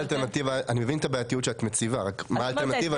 אני מבין את הבעייתיות שאת מציגה אבל מה האלטרנטיבה לזה?